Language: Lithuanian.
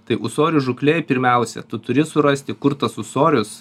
tai ūsorių žūklėj pirmiausia tu turi surasti kur tas ūsorius